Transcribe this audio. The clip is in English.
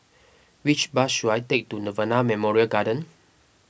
which bus should I take to Nirvana Memorial Garden